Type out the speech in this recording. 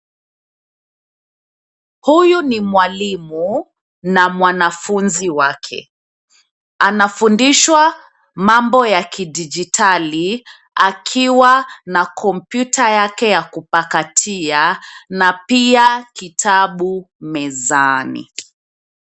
Huyu ni mwalimu na mwanafunzi wake. Anafundishwa mambo ya kidijitali akiwa na kompyuta yake ya kupakatia na pia kitabu mezani.